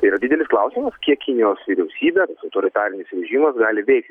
tai yra didelis klausimas kiek kinijos vyriausybės autoritarinis režimas gali veikti